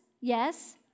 yes